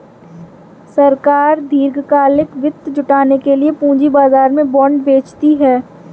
सरकार दीर्घकालिक वित्त जुटाने के लिए पूंजी बाजार में बॉन्ड बेचती है